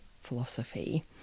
philosophy